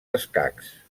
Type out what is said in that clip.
escacs